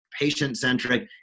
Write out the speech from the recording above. patient-centric